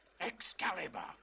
Excalibur